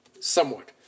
Somewhat